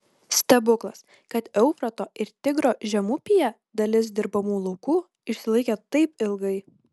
stebuklas kad eufrato ir tigro žemupyje dalis dirbamų laukų išsilaikė taip ilgai